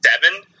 seven